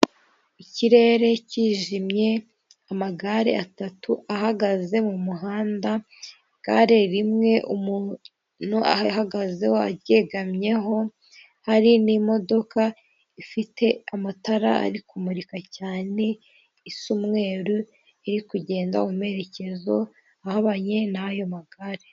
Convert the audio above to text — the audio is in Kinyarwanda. Ikirere kijimye amagare atatu ahagaze mu muhanda igare rimwe umuntu ahagazeho aryegamyeho, hari n'imodoka ifite amatara ari kumurika cyane, isa umweru iri kugenda mumerekezo ahabanye nayo magare.